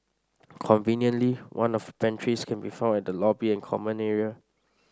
conveniently one of pantries can be found at the lobby and common area